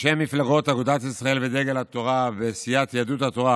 בשם מפלגות אגודת ישראל ודגל התורה וסיעת יהדות התורה